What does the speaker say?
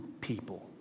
people